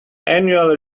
annual